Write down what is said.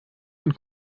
und